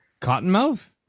Cottonmouth